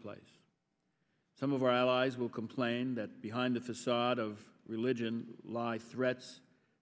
place some of our allies will complain that behind the facade of religion life threats